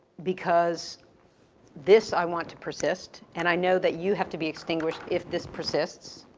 because this i want to persist, and i know that you have to be extinguished if this persists,